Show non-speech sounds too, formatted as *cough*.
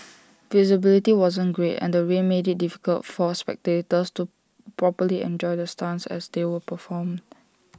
*noise* visibility wasn't great and the rain made IT difficult for spectators to properly enjoy the stunts as they were performed